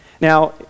Now